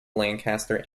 lancaster